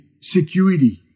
security